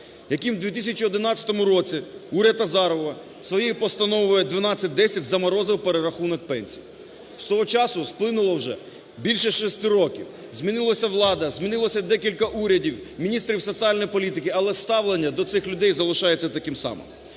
яким у 2011 році уряд Азарова своєю Постановою 1210 заморозив перерахунок пенсій. З того часу сплинуло вже більше 6 років, змінилася влада, змінилося декілька урядів, міністрів соціальної політики, але ставлення до цих людей залишається таким самим.